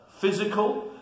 physical